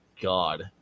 god